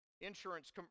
insurance